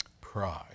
pride